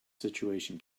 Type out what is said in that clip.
situation